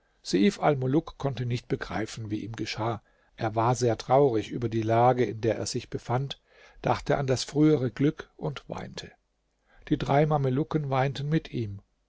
konnte nicht begreifen wie ihm geschah er war sehr traurig über die lage in der er sich befand dachte an das frühere glück und weinte die drei mamelucken weinten mit ihm